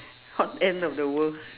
hot end of the world